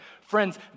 Friends